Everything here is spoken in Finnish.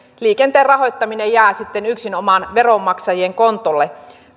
liikenteen rahoittaminen jää sitten yksinomaan veronmaksajien kontolle